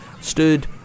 stood